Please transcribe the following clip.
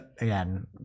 Again